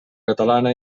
catalana